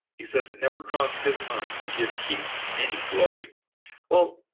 he says it never crossed his mind to give keith any glory well,